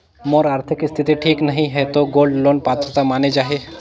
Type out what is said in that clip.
मोर आरथिक स्थिति ठीक नहीं है तो गोल्ड लोन पात्रता माने जाहि?